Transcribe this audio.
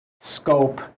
scope